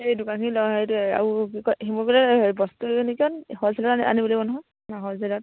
এই দোকানখিনি লোৱাৰ সেইটোৱে আৰু কি কয় শিমলুগুৰিলৈ বস্তু হ'লচেলত আনিব লাগিব নহয় হ'লচেলত